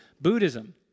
Buddhism